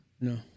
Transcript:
No